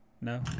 No